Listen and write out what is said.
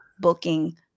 booking